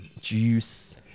Juice